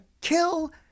kill